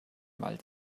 wald